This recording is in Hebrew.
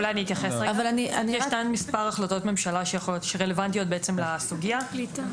יש מספר החלטות ממשלה שרלוונטיות בעצם לסוגייה הזאת.